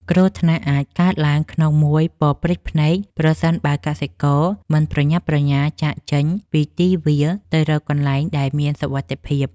គ្រោះថ្នាក់អាចកើតឡើងក្នុងមួយប៉ព្រិចភ្នែកប្រសិនបើកសិករមិនប្រញាប់ប្រញាល់ចាកចេញពីទីវាលទៅរកកន្លែងដែលមានសុវត្ថិភាព។